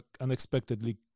unexpectedly